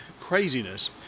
craziness